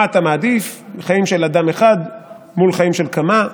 מה אתה מעדיף, חיים של אדם אחד מול חיים של כמה.